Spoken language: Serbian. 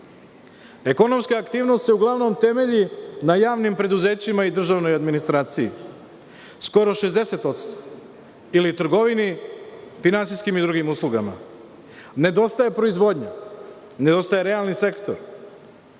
Ekonomska aktivnost se uglavnom temelji na javnim preduzećima i državnoj administraciji, skoro 60%, ili trgovini, finansijskim i drugim uslugama. Nedostaje proizvodnja, nedostaje realni sektor,